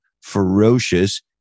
ferocious